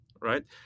right